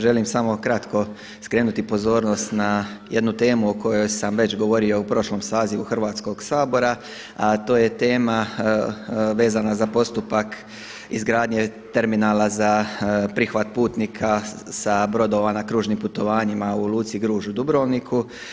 Želim samo kratko skrenuti pozornost na jednu temu o kojoj sam već govorio u prošlom sazivu Hrvatskog sabora, a to je tema vezana za postupak izgradnje terminala za prihvat putnika sa brodova na kružnim putovanjima u luci Gruž u Dubrovniku.